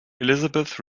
elizabeth